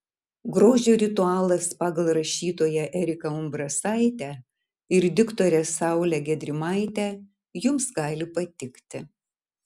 grožio ritualas pagal rašytoją eriką umbrasaitę ir diktorę saulę gedrimaitę jums gali patikti